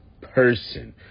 person